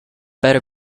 better